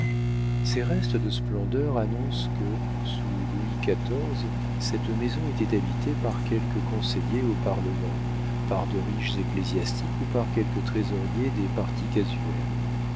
ces restes de splendeur annoncent que sous louis xiv cette maison était habitée par quelque conseiller au parlement par de riches ecclésiastiques ou par quelque trésorier des parties casuelles